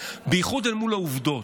בייחוד מול העובדות.